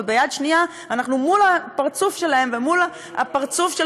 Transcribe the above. וביד השנייה אנחנו מול הפרצוף שלהם ומול הפרצוף של